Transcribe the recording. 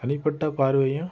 தனிப்பட்ட பார்வையும்